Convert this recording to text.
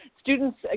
students